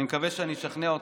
אני מקווה שאני אשכנע אותך,